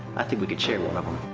i think we can share one of them.